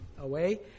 away